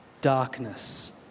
darkness